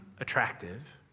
attractive